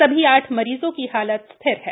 सभी आठ मरीजों की हालत स्थिर है